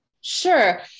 Sure